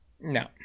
No